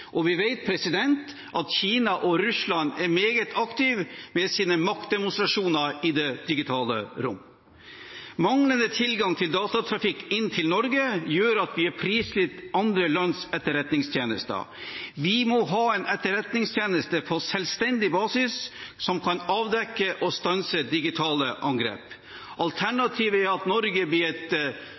Vi vet at Kina og Russland er meget aktive med sine maktdemonstrasjoner i det digitale rom. Manglende tilgang til datatrafikk inn til Norge gjør at vi er prisgitt andre lands etterretningstjenester. Vi må ha en etterretningstjeneste på selvstendig basis som kan avdekke og stanse digitale angrep. Alternativet er at Norge blir et